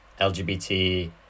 LGBT